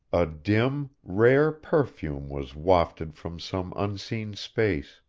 a dim, rare perfume was wafted from some unseen space